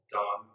Don